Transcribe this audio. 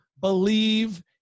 believe